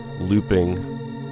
looping